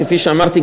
כפי שאמרתי,